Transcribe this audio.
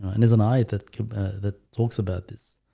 and it's an eye that compared that talks about this